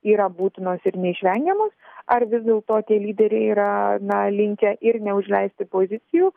yra būtinos ir neišvengiamos ar vis dėlto tie lyderiai yra na linkę ir neužleisti pozicijų